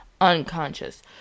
unconscious